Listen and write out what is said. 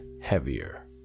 heavier